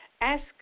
ask